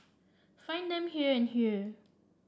find them here and here